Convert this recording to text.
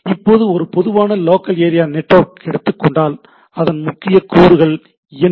இப்போது ஒரு பொதுவான லோக்கல் ஏரியா நெட்வொர்க் ஐ எடுத்துக்கொண்டால் அதன் முக்கிய கூறுகள் என்ன